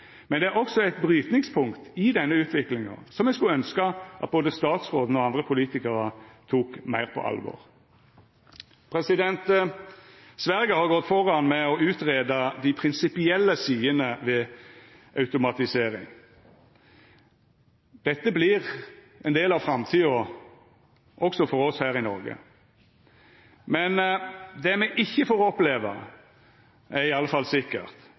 Men det er òg eit brytningspunkt i denne utviklinga, som eg skulle ønskja at både statsråden og andre politikarar tok meir på alvor. Sverige har gått føre med å greia ut dei prinsipielle sidene ved automatisering. Dette vert ein del av framtida, òg for oss her i Noreg. Men det me ikkje får oppleva, det er i alle fall sikkert,